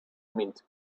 meat